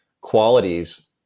qualities